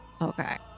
okay